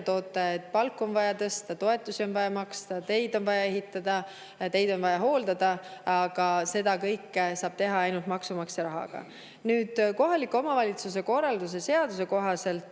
toote: palku on vaja tõsta, toetusi on vaja maksta, teid on vaja ehitada, teid on vaja hooldada. Aga seda kõike saab teha ainult maksumaksja rahaga. Kohaliku omavalitsuse korralduse seaduse kohaselt